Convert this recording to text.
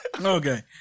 Okay